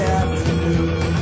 afternoon